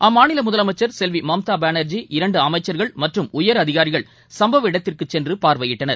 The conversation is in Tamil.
அம்மாநில முதலமைச்சர் செல்வி மம்தா பானர்ஜி இரண்டு அமைச்சர்கள் மற்றும் உயர் அதிகாரிகள் சும்பவ இடத்திற்கு சென்று பார்வையிட்டனர்